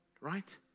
Right